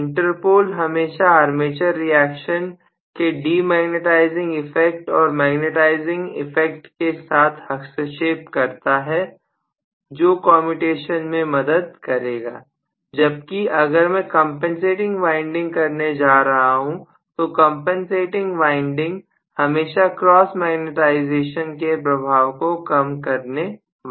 inter पोल हमेशा armature reaction के demagnetising effect और मैग्नेटाइजिंग इफेक्ट के साथ हस्तक्षेप करता है जो कम्यूटेशन में मदद करेगा जबकि अगर मैं कंपनसेटिंग वाइंडिंग करने जा रहा हूं तो कंपनसेटिंग वाइंडिंग हमेशा क्रॉस मैग्नेटाइजेशन के प्रभाव को कम करने वाली है